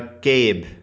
Gabe